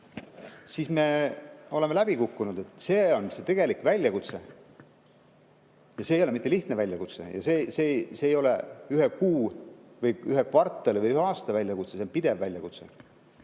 siis me oleme läbi kukkunud. See on tegelik väljakutse. See ei ole mitte lihtne väljakutse ja see ei ole ühe kuu või ühe kvartali või ühe aasta väljakutse, see on pidev väljakutse.